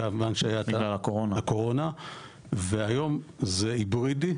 מכיוון שהייתה הקורונה והיום זה היברידי,